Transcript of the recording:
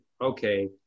okay